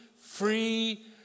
free